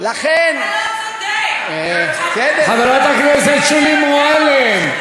אתה לא צודק, חברת הכנסת שולי מועלם,